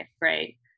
Right